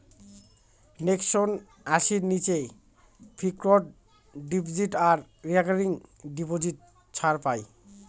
section আশির নীচে fixed deposit আর রেকারিং ডিপোজিট ছাড় পাই